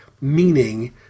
meaning